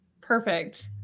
Perfect